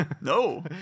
No